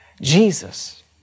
Jesus